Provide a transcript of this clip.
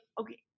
okay